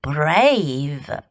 Brave